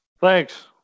Thanks